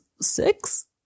Six